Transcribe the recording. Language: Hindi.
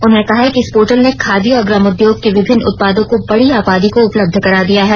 उन्होंने कहा है कि इस पोर्टेल ने खादी और ग्रामोउद्योग के विभिन्न उत्पादों को बड़ी आबादी को उपलब्ध करा दिया है